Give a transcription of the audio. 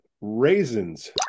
raisins